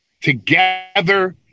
together